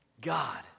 God